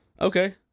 Okay